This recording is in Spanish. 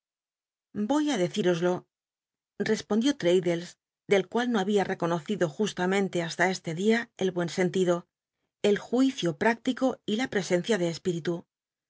voy á decíroslo respondió traddles del cual no había reconocido justamente hasta este dia el buen sentido el juicio mlctico y la presencia de espíritu